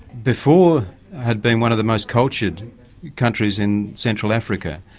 before had been one of the most cultured countries in central africa.